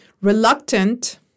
reluctant